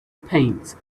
paint